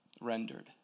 rendered